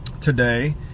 today